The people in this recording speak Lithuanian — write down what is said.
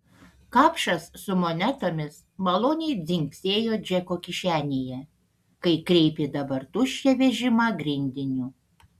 kapšas su monetomis maloniai dzingsėjo džeko kišenėje kai kreipė dabar tuščią vežimą grindiniu